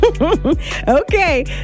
Okay